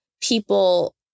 people